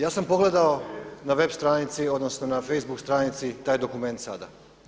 Ja sam pogledao na web stranici, odnosno na Facebook stranici taj dokument sada.